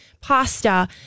pasta